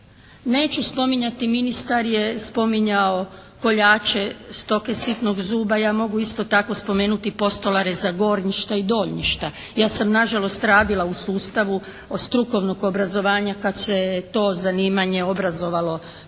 Neću spominjati, ministar je spominjao koljače stoke sitnog zuba. Ja mogu isto tako spomenuti postolare za gornjišta i donjišta. Ja sam nažalost radila u sustavu strukovnog obrazovanja kad se to zanimanje obrazovalo.